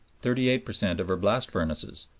thirty eight per cent of her blast furnaces,